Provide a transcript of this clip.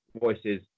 voices